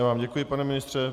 Já vám děkuji, pane ministře.